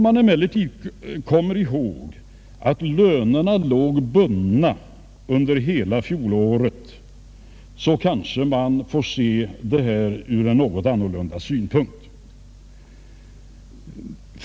Men om man kommer ihåg att lönerna under hela fjolåret låg bundna, så kanske det hela ter sig annorlunda.